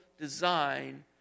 design